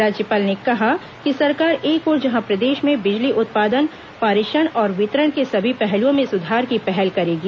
राज्यपाल ने कहा कि सरकार एक ओर जहां प्रदेश में बिजली उत्पादन पारेषण और वितरण के सभी पहलुओं में सुधार की पहल करेगी